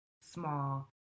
small